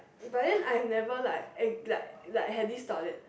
but then I've never like ac~ like have this thought that